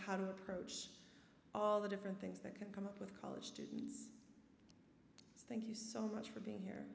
how to approach all the different things that can come up with college students thank you so much for being here